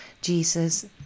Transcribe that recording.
Jesus